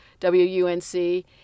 WUNC